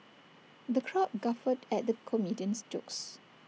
the crowd guffawed at the comedian's jokes